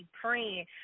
praying